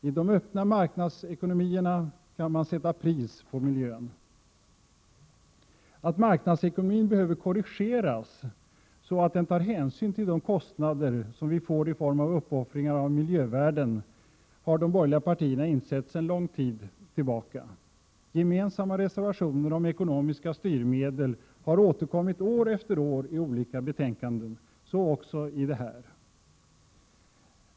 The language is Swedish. I de öppna marknadsekonomierna kan man sätta pris på miljön. Att marknadsekonomin behöver korrigeras så att den tar hänsyn till de kostnader vi får i form av uppoffringar av miljövärden har de borgerliga partierna insett sedan lång tid tillbaka. Gemensamma reservationer om ekonomiska styrmedel har återkommit år efter år i olika betänkanden. Så också i detta.